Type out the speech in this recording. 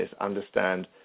understand